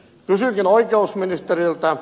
kysynkin oikeusministeriltä